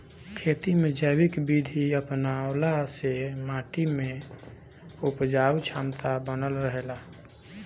खेती में जैविक विधि अपनवला से माटी के उपजाऊ क्षमता बनल रहेला